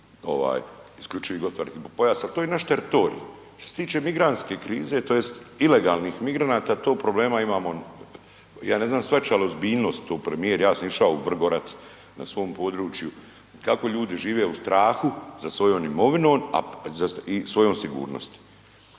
isključivi gospodarski pojas, ali to je naš teritorij. Što se tiče migrantske krize, tj. ilegalnih migranata tog problema imamo, ja ne znam shvaća li ozbiljnost to premijer, ja sam išao u Vrgorac na svom području, kako ljudi žive u strahu sa svojom imovinom i svojom sigurnosti.